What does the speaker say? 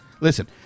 Listen